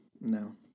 no